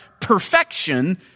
perfection